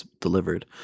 delivered